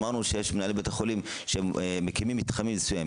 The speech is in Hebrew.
אמרנו שיש מנהלי בתי חולים שהם מקימים מתחמים מסוימים.